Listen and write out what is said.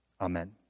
Amen